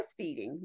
breastfeeding